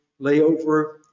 layover